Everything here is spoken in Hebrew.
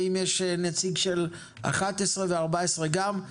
ואם יש נציג של 11 ו-14 גם.